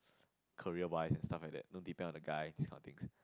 career wise and stuff like that don't depend on the guy this kind of things